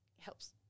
helps